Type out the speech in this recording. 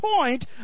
point